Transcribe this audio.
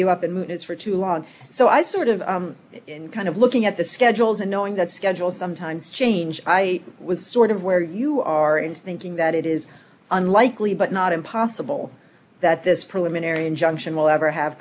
you up in it's for too long so i sort of in kind of looking at the schedules and knowing that schedule sometimes change i was sort of where you are in thinking that it is unlikely but not impossible that this preliminary injunction will ever have